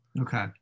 okay